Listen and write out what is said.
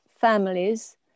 families